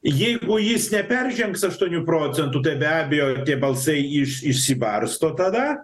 jeigu jis neperžengs aštuonių procentų tai be abejo tie balsai iš išsibarsto tada